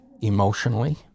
emotionally